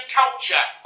culture